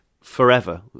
forever